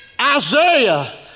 Isaiah